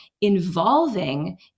involving